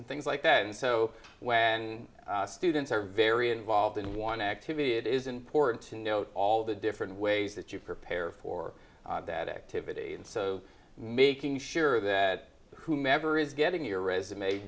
and things like that and so when students are very involved in one activity it is important to note all the different ways that you prepare for that activity and so making sure that whomever is getting your resume